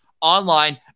online